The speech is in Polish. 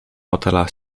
fotela